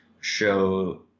show